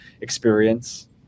experience